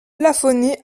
plafonnées